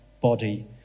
body